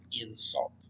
insult